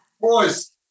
Boys